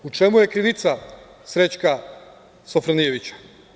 U čemu je krivica Srećka Sofronijevića?